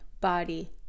body